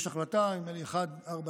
יש החלטה, נדמה לי, 1411,